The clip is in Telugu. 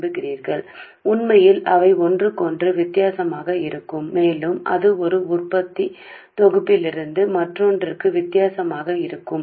వాస్తవానికి అవి ఒకదానికొకటి భిన్నంగా ఉంటాయి మరియు ఒక తయారీ బ్యాచ్ నుండి మరొకదానికి భిన్నంగా ఉంటాయి